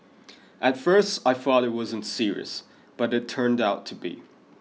at first I thought it wasn't serious but it turned out to be